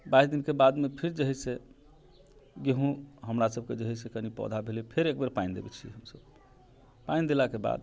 बाइस दिनके बादमे फेर जे है से गेहूँ हमरा सभके जे है से पौधा भेलै फेर एक बेर पानि दै छियै हम सभ पानि देलाके बाद